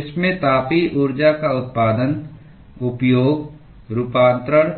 इसमें तापीय ऊर्जा का उत्पादन उपयोग रूपांतरण